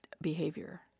behavior